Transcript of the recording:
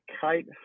kite